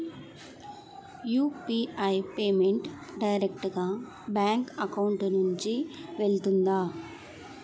UPI payment direct గా bank account నుంచి వెళ్తుందా?